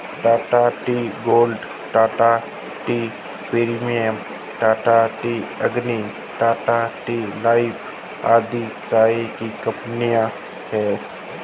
Tata tea gold, Tata tea premium, Tata tea Agni, Tata tea life आदि चाय कंपनियां है